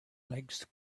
legs